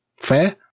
Fair